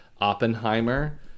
Oppenheimer